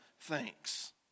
thanks